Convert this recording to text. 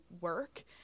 work